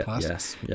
Yes